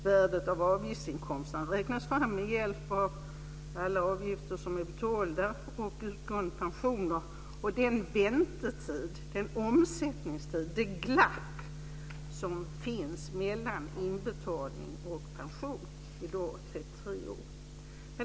Värdet av avgiftsinkomsterna räknas fram med hjälp av alla avgifter som är betalda, utgående pensioner och den väntetid, den omsättningstid, det glapp som finns mellan inbetalning och pension. I dag är det 33 år.